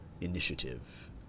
initiative